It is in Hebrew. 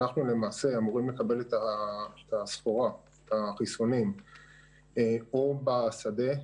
אנחנו אמורים לקבל את החיסונים או בשדה,